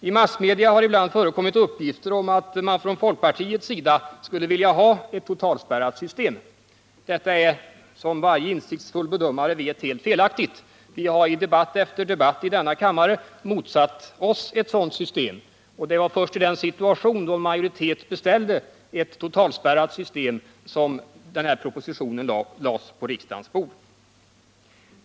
I massmedia har ibland förekommit uppgifter om att man från folkpartiets sida skulle vilja ha ett totalspärrat system. Detta är, som varje insiktsfull bedömare vet, helt felaktigt. Vi har i debatt efter debatt i denna kammare motsatt oss ett sådant system, och det var först i den situationen då en majoritet beställde ett totalspärrat system som den här propositionen lades på riksdagens bord.